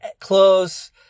close